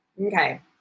Okay